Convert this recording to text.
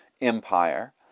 empire